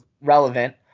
relevant